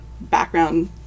background